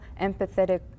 empathetic